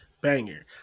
Banger